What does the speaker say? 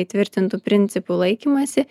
įtvirtintų principų laikymąsi